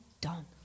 done